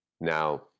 Now